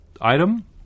item